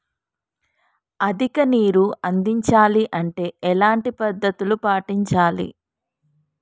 అధిక నీరు అందించాలి అంటే ఎలాంటి పద్ధతులు పాటించాలి?